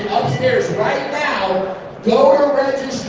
upstairs right now go